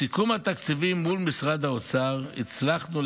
בסיכום התקציבי מול משרד האוצר הצלחנו,